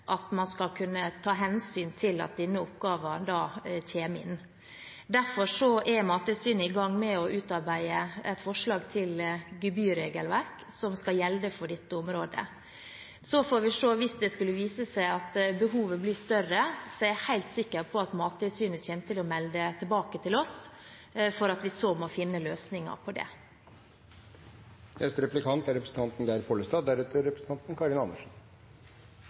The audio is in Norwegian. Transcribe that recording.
at man skal kunne ta hensyn til at denne oppgaven kommer inn. Derfor er Mattilsynet i gang med å utarbeide et forslag til gebyrregelverk som skal gjelde for dette området. Hvis det skulle vise seg at behovet blir større, er jeg helt sikker på at Mattilsynet kommer til å melde tilbake til oss, og da må vi finne løsninger på det.